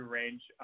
range